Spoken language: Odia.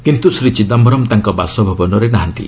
କିନ୍ତୁ ଶ୍ରୀ ଚିଦାମ୍ଘରମ୍ ତାଙ୍କ ବାସଭବନରେ ନାହାନ୍ତି